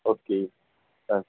okay હા